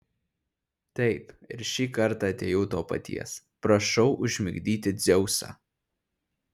taip ir šį kartą atėjau to paties prašau užmigdyti dzeusą